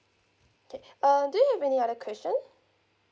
okay um do you have any other question